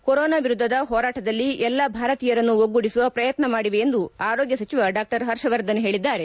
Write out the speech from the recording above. corona ವಿರುದ್ಧದ ಹೋರಾಟದಲ್ಲಿ ಎಲ್ಲಾ ಭಾರತೀಯರನ್ನು ಒಗ್ಗೂಡಿಸುವ ಪ್ರಯತ್ನ ಮಾಡಿವೆ ಎಂದು ಆರೋಗ್ಯ ಸಚಿವ ಡಾ ಹರ್ಷವರ್ಧನ್ ಹೇಳಿದ್ದಾರೆ